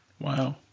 Wow